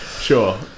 sure